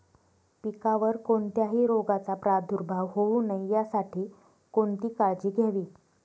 पिकावर कोणत्याही रोगाचा प्रादुर्भाव होऊ नये यासाठी कोणती काळजी घ्यावी?